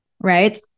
Right